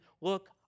look